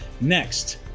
Next